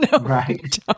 right